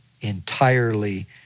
entirely